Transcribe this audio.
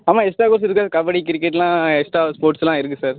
ஆமாம் எக்ஸ்ட்ராக கோர்ஸ் இருக்கே கபடி க்ரிக்கெட்லாம் எக்ஸ்ட்ராக ஸ்போர்ட்ஸுலாம் இருக்குது சார்